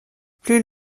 plus